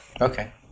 okay